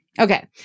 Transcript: Okay